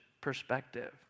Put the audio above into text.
perspective